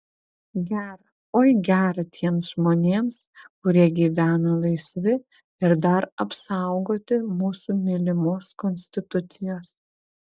gera oi gera tiems žmonėms kurie gyvena laisvi ir dar apsaugoti mūsų mylimos konstitucijos